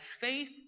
faith